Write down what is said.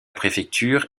préfecture